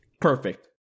perfect